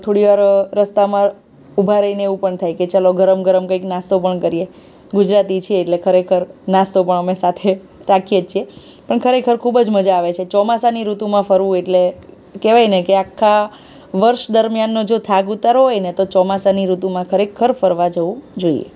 થોડીવાર રસ્તામાં ઊભા રહીને એવું પણ થાય કે ચાલો ગરમ ગરમ કંઇક નાસ્તો પણ કરીએ ગુજરાતી છીએ એટલે ખરેખર નાસ્તો પણ અમે સાથે રાખીએ જ છીએ પણ ખરેખર ખૂબ જ મજા આવે છે ચોમાસાની ઋતુમાં ફરવું એટલે કહેવાય ને કે આખા વર્ષ દરમ્યાનનો જો થાક ઉતારવો હોય ને તો ચોમાસાની ઋતુમાં ખરેખર ફરવા જવું જોઈએ